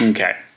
Okay